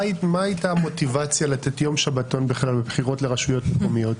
מה הייתה המוטיבציה לתת יום שבתון בכלל בבחירות לרשויות מקומיות?